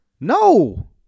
No